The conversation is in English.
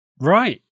Right